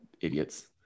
idiots